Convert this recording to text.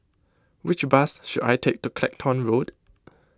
which bus should I take to Clacton Road